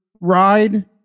Ride